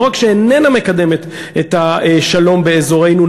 לא רק שאיננה מקדמת את השלום באזורנו,